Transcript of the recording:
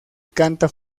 canta